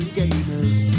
gamers